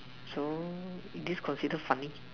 so this considered funny